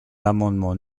l’amendement